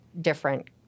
different